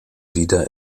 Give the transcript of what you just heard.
wieder